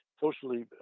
socially